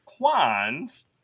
Quans